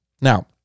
Now